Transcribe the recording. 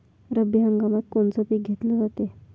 रब्बी हंगामात कोनचं पिक घेतलं जाते?